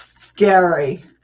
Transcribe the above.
scary